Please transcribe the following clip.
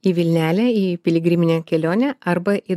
į vilnelę į piligriminę kelionę arba į